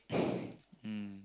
mm